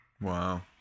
Wow